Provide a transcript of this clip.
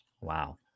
Wow